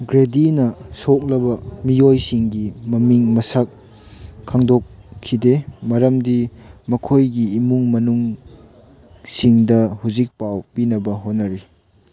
ꯒ꯭ꯔꯦꯗꯤꯅ ꯁꯣꯛꯂꯕ ꯃꯤꯑꯣꯏꯁꯤꯡꯒꯤ ꯃꯃꯤꯡ ꯃꯁꯛ ꯈꯪꯗꯣꯛꯈꯤꯗꯦ ꯃꯔꯝꯗꯤ ꯃꯈꯣꯏꯒꯤ ꯏꯃꯨꯡ ꯃꯅꯨꯡꯁꯤꯡꯗ ꯍꯧꯖꯤꯛ ꯄꯥꯎ ꯄꯤꯅꯕ ꯍꯣꯠꯅꯔꯤ